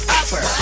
upper